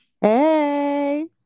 Hey